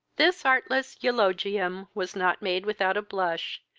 this artless eulogium was not made without a blush,